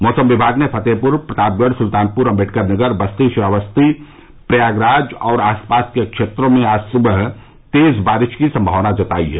मौसम विभाग ने फतेहपुर प्रतापगढ़ सुल्तानपुर अंबेडकर नगर बस्ती श्रावस्ती प्रयागराज और आस पास के क्षेत्रों में आज सुबह तेज बारिश की संभावना जतायी है